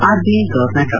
RBI governor ಡಾ